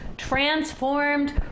transformed